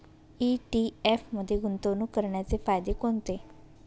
ETF मध्ये गुंतवणूक करण्याचे फायदे कोणते?